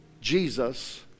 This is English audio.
Jesus